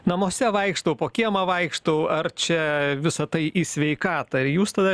namuose vaikštau po kiemą vaikštau ar čia visa tai į sveikatą ir jūs tada